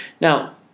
Now